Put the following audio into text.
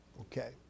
Okay